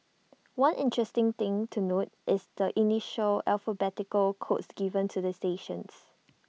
one interesting thing to note is the initial alphanumeric codes given to the stations